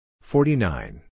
forty-nine